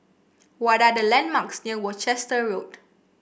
what are the landmarks near Worcester Road